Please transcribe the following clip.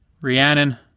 Rhiannon